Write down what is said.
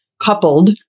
coupled